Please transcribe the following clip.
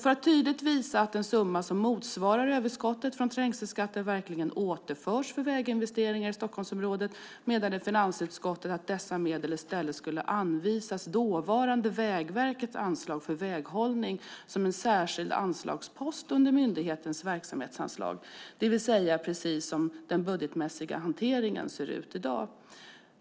För att tydligt visa att en summa som motsvarar överskottet från trängselskatten verkligen återförts för väginvesteringar i Stockholmsområdet menade finansutskottet att dessa medel i stället skulle anvisas dåvarande Vägverkets anslag för väghållning som en särskild anslagspost under myndighetens verksamhetsanslag, det vill säga precis så som den budgetmässiga hanteringen ser ut i dag.